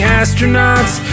astronauts